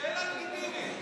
שאלה לגיטימית.